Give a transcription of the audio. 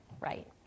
right